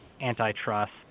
antitrust